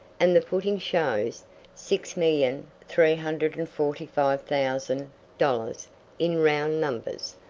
and the footing shows six million three hundred and forty five thousand dollars in round numbers.